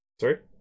Sorry